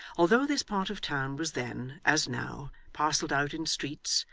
although this part of town was then, as now, parcelled out in streets,